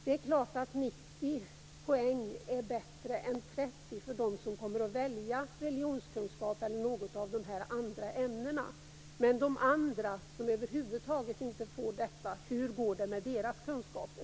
Det är klart att 90 poäng är bättre än 30 för dem som kommer att välja religionskunskap eller något av de andra ämnena. Men de andra, som över huvud taget inte får detta, hur går det med deras kunskaper?